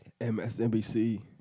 MSNBC